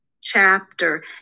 chapter